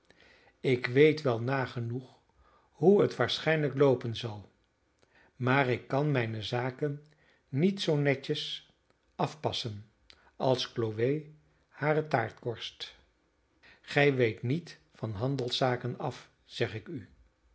ik weet wel nagenoeg hoe het waarschijnlijk loopen zal maar ik kan mijne zaken niet zoo netjes afpassen als chloe hare taartkorst gij weet niet van handelszaken af zeg ik u